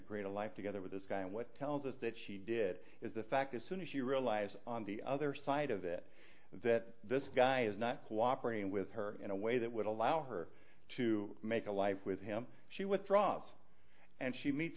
create a life together with this guy and what tells us that she did is the fact as soon as you realize on the other side of it that this guy is not cooperating with her in a way that would allow her to make a life with him she withdraws and she meets